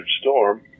Storm